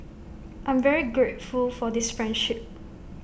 I'm very grateful for this friendship